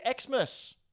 Xmas